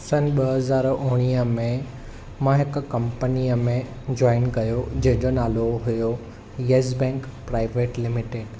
सन ॿ हज़ार उणिवीह में मां हिकु कंपनीअ में जॉइन कयो जंहिंजो नालो हुओ येस बैंक प्राइवेट लिमिटेड